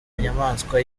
nyamaswa